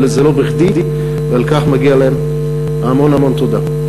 זה לא בכדי, ועל כך מגיע להם המון המון תודה.